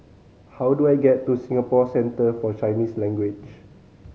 how do I get to Singapore Centre For Chinese Language